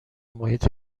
محیط